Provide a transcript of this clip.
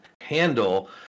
handle